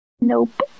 Nope